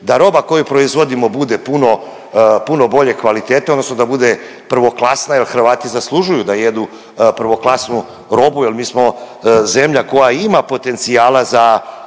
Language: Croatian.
da roba koju proizvodimo bude puno, puno bolje kvalitete odnosno da bude prvoklasna jel Hrvati zaslužuju da jedu prvoklasnu robu jel mi smo zemlja koja ima potencijala za